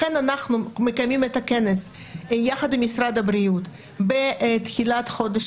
לכן אנחנו מקיימים את הכנס יחד עם משרד הבריאות בתחילת חודש